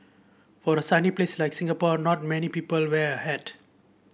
for a sunny place like Singapore not many people wear a hat